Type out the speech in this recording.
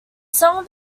song